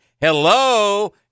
Hello